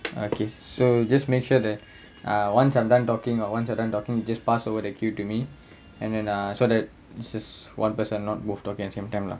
okay so just make sure that err once I'm done talking or once you're done talking just pass over the cue to me and then uh so that just one person not both talking at the same time lah